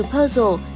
Puzzle